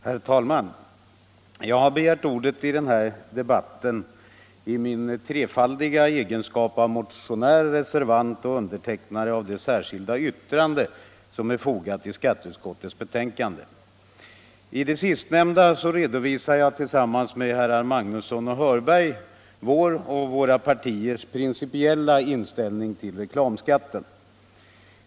Herr talman! Jag har begärt ordet i den här debatten i min trefaldiga egenskap av motionär, reservant och undertecknare av det särskilda yttrande som är fogat vid skatteutskottets betänkande. I det sistnämnda redovisar jag tillsammans med herr Magnusson i Borås och herr Hörberg vår och våra partiers principiella inställning till reklamskatten.